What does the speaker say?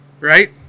right